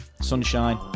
Sunshine